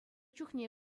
чухне